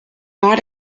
not